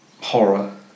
horror